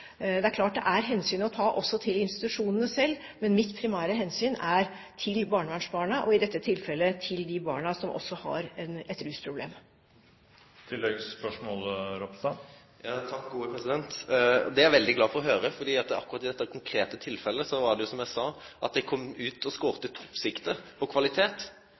Det er klart at man må ta hensyn også til selve institusjonene, men mitt primære hensyn er barnevernsbarna, og i dette tilfellet de barna som også har et rusproblem. Det er eg veldig glad for å høyre, for akkurat i dette konkrete tilfellet, som eg sa, skåra dei i toppsjiktet på kvalitet. Dei hadde eit kjempegodt tilbod. Som statsråden sikkert kjenner til, har dei eit opplegg der dei tilsette òg overnattar og er til stades med barna, og